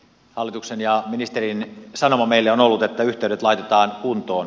hallituksen ja ministerin sanoma meille on ollut että yhteydet laitetaan kuntoon